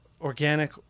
organic